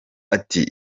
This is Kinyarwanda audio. ati